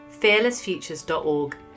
fearlessfutures.org